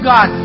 God